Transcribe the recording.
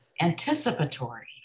Anticipatory